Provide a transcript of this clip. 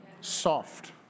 soft